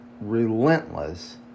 relentless